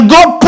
God